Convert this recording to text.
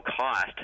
cost